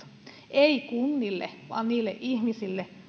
ei kunnille vaan niille ihmisille